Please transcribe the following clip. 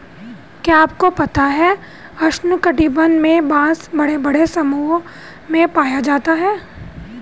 क्या आपको पता है उष्ण कटिबंध में बाँस बड़े बड़े समूहों में पाया जाता है?